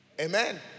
Amen